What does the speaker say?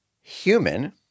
human